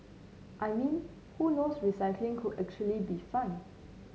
I mean who knows recycling could actually be fun